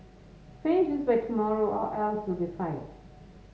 finish this by tomorrow or else you'll be fired